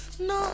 no